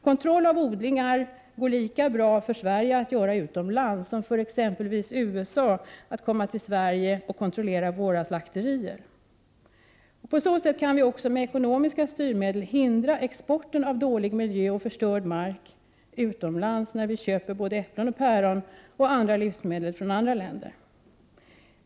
Det går naturligvis lika bra för Sverige att kontrollera odlingar utomlands som för exempelvis USA att komma till Sverige och kontrollera våra slakterier. På så sätt kan vi också med ekonomiska styrmedel hindra exporten av dålig miljö, förstörd mark etc. utomlands, när vi köper både äpplen, päron och andra livsmedel från andra länder.